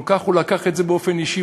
הוא לקח את זה כל כך באופן אישי,